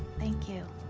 thank you.